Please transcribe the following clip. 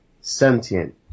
sentient